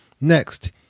Next